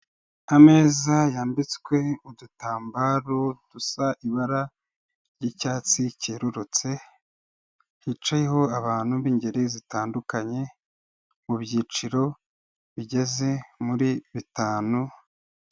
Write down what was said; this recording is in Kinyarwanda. Ameza yambitswe udutambaro dusa ibara ry'icyatsi cyerurutse, hicayeho abantu b'ingeri zitandukanye, mu byiciro bigeze muri bitanu.